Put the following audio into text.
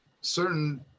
certain